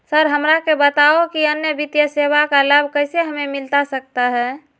Sir हमरा के बताओ कि अन्य वित्तीय सेवाओं का लाभ कैसे हमें मिलता सकता है?